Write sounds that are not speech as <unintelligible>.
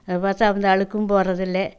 <unintelligible> பார்த்தா அந்த அழுக்கும் போறதில்லை